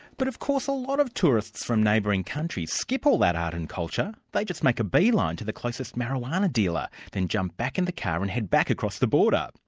but of course a lot of tourists from neighbouring countries skip all that art and culture. they just make a bee-line to the closest marijuana dealer, then jump back in the car and head back across the border.